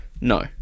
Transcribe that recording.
No